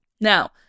Now